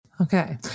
Okay